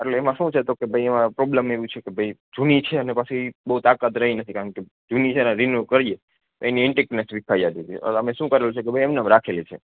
એટલે એમાં શું છે તો કે ભઈ એમા પ્રોબ્લમ એવી છે કે ભઈ જૂની છે ને પાછી બઉ તાકાત રહી નથી કારણ કે જૂની છે એને રેનું કરીએ એની એન્ટિક અમે શું કર્યુ છે ભઈ એમનેમ રાખેલી છે